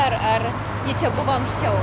ar ar ji čia buvo anksčiau